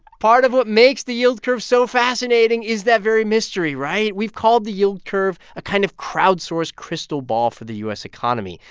part of what makes the yield curve so fascinating is that very mystery, right? we've called the yield curve a kind of crowdsource crystal ball for the u s. economy.